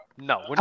No